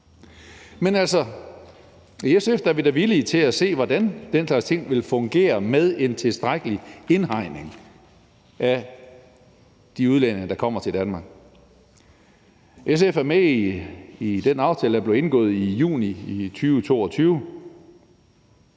i SF er vi da villige til at se på, hvordan den slags ting vil fungere med en tilstrækkelig indhegning af brugen af de udlændinge, der kommer til Danmark. SF er med i den aftale, der blev indgået i juni 2022.